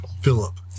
Philip